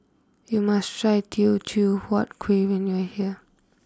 you must try Teo Chew Huat Kuih when you are here